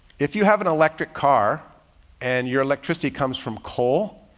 if you have an electric car and your electricity comes from coal,